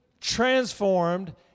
transformed